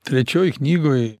trečioj knygoj